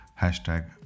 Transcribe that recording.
Hashtag